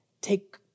take